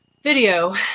video